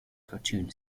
cartoon